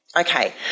Okay